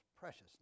precious